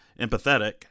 empathetic